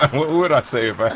what would i say if